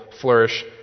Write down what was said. flourish